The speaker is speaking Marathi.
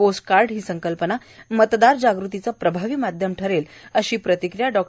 पोस्टकाई ही संकल्पना मतदार जागृतीचे प्रभावी माध्यम ठरेल अशी प्रतिक्रीया डॉ